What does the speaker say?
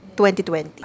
2020